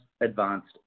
advanced